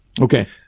Okay